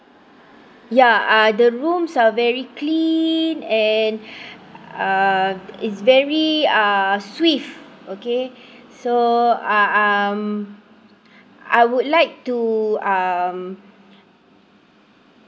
ya uh the rooms are very clean and uh is very uh swift okay so uh um I would like to um